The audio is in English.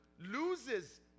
loses